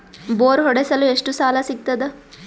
Bore ಹೊಡೆಸಲು ಎಷ್ಟು ಸಾಲ ಸಿಗತದ?